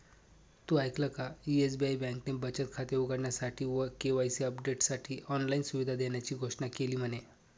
तु ऐकल का? एस.बी.आई बँकेने बचत खाते उघडण्यासाठी व के.वाई.सी अपडेटसाठी ऑनलाइन सुविधा देण्याची घोषणा केली म्हने